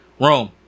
Rome